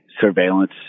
surveillance